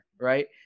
right